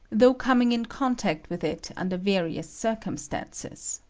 though coming in contact with it under various circumstances.